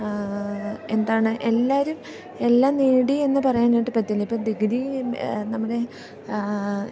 എന്താണ് എല്ലാവരും എല്ലാം നേടിയെന്ന് പറയാനായിട്ട് പറ്റില്ല ഇപ്പം ഡിഗ്രി നമ്മുടെ